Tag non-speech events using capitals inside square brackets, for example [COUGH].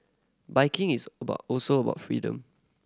biking is [UNINTELLIGIBLE] also about freedom